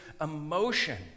emotion